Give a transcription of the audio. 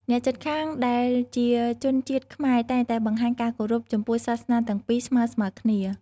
អ្នកជិតខាងដែលជាជនជាតិខ្មែរតែងតែបង្ហាញការគោរពចំពោះសាសនាទាំងពីរស្មើៗគ្នា។